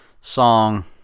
Song